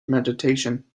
meditation